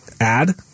add